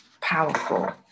powerful